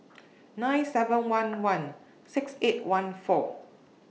nine seven one one six eight one four